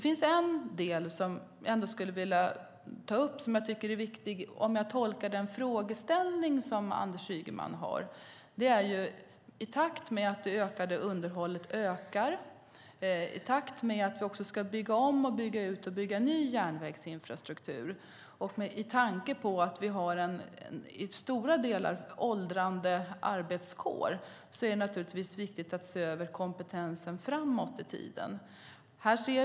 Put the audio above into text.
I takt med att underhållet ökar och i takt med att vi också ska bygga ut, bygga om och bygga ny järnvägsinfrastruktur är det, med tanke på att vi har en åldrande arbetskår, naturligtvis också viktigt att se över kompetensen framåt i tiden.